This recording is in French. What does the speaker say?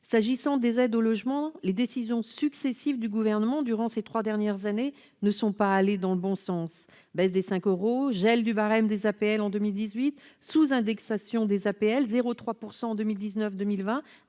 S'agissant des aides au logement, les décisions successives du Gouvernement durant ces trois dernières années ne sont pas allées dans le bon sens : baisse de 5 euros des APL, gel de leur barème en 2018 et sous-indexation à hauteur de 0,3 % en 2019 et 2020-